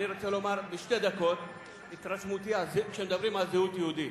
אני רוצה לומר בשתי דקות את התרשמותי כשמדברים על זהות יהודית.